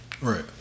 Right